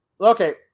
okay